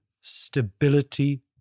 stability